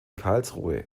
karlsruhe